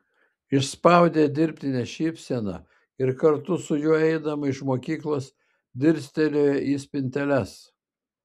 išspaudė dirbtinę šypseną ir kartu su juo eidama iš mokyklos dirstelėjo į spinteles